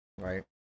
right